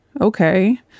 okay